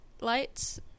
lights